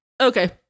okay